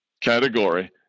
category